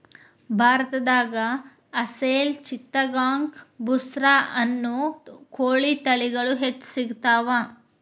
ಭಾರತದಾಗ ಅಸೇಲ್ ಚಿತ್ತಗಾಂಗ್ ಬುಸ್ರಾ ಅನ್ನೋ ಕೋಳಿ ತಳಿಗಳು ಹೆಚ್ಚ್ ಸಿಗತಾವ